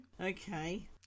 Okay